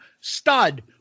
stud